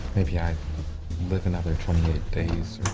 maybe i live another twenty eight days,